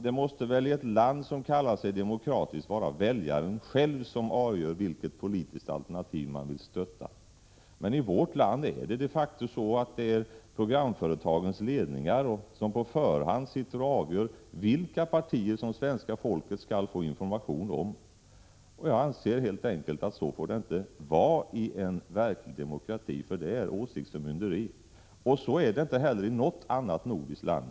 Det måste väl i ett land som kallar sig demokratiskt vara väljaren själv som avgör vilket politiskt alternativ han vill stötta? I vårt land är det, de facto, ledningarna i programföretagen som sitter och på förhand avgör vilka partier som svenska folket skall få information om. Jag anser att — Prot. 1986/87:57 så får det inte vara i en verklig demokrati. Det är åsiktsförmynderi. Så är det — 21 januari 1987 inte heller i något annat nordiskt land.